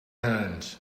hand